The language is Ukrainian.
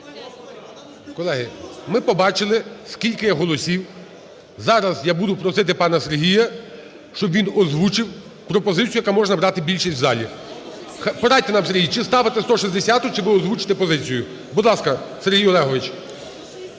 Колеги, ми побачили, скільки голосів. Зараз я буду просити пана Сергія, щоб він озвучив пропозицію, яка може набрати більшість в залі. Порадьте нам, Сергій, чи ставити 160-у, чи ви озвучите позицію. Будь ласка, Сергій Олегович.